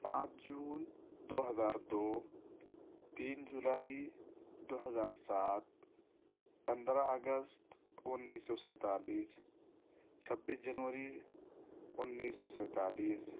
پانچ جون دو ہزار دو تین جولائی دو ہزار سات پندرہ اگست انیس سو سینتالیس چھبیس جنوری انیس سو سینتالیس